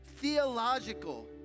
theological